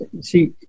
see